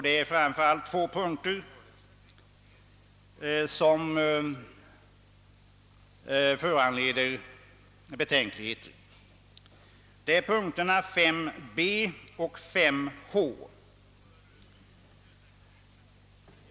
Det är framför allt två punkter som föranleder betänkligheter, nämligen 5 b och 5 h.